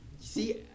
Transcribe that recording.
see